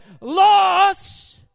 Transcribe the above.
loss